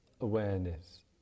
awareness